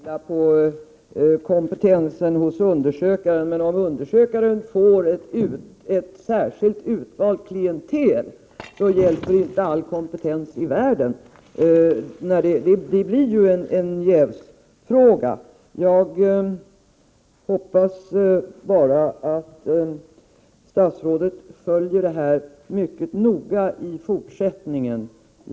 Herr talman! Jag har ingen anledning att tvivla på kompetensen hos undersökaren, men om han får ett särskilt utvalt klientel hjälper inte all kompetens i världen. Det blir ju en jävsfråga. Jag hoppas bara att statsrådet följer den här frågan mycket noga i fortsättningen.